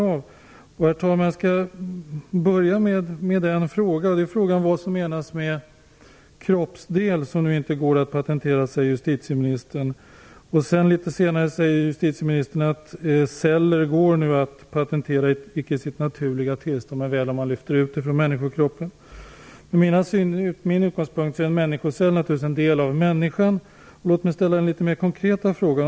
Jag tror att man måste börja med att ställa frågan vad som menas med kroppsdel som enligt justitieministern inte kan patenteras. Litet längre fram i svaret säger justitieministern att celler numera kan patenteras om de avlägsnats ur kroppen. Enligt min utgångspunkt är en människocell naturligtvis en del av människan. Låt mig ställa en litet mera konkret fråga.